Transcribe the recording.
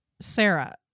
Sarah